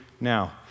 now